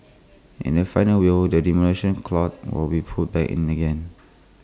in the final will the Demolition Clause will be put back in again